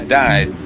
died